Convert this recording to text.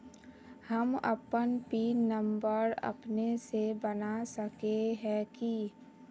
हम अपन pin number अपने से बना सके है की?